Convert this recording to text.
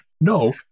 No